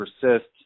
persist